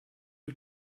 who